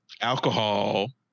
alcohol